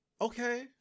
Okay